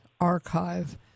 archive